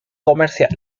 comercial